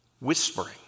Whispering